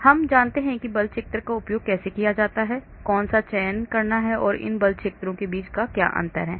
तो हम जानते हैं कि बल क्षेत्र का उपयोग कैसे किया जाता है कौन सा चयन करना है और इन बल क्षेत्रों के बीच क्या अंतर है